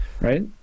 right